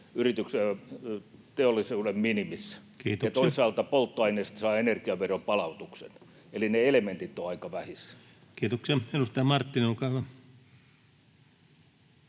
Kiitoksia!] ja toisaalta polttoaineesta saa energiaveron palautuksen. Eli ne elementit ovat aika vähissä. Kiitoksia. — Edustaja Marttinen, olkaa hyvä.